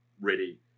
ready